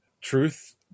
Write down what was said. Truth